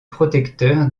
protecteur